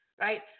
right